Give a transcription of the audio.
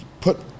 put